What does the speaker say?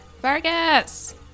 Vargas